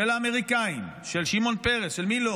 של האמריקאים, של שמעון פרס, של מי לא,